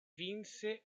vinse